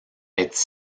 être